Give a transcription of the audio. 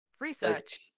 Research